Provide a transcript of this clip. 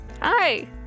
hi